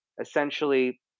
essentially